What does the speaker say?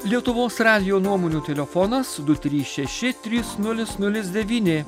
lietuvos radijo nuomonių telefonas du trys šeši trys nulis nulis devyni